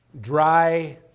dry